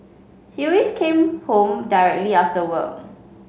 he always came home directly after work